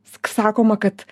sakoma kad